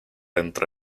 entre